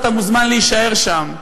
אתה מוזמן להישאר שם.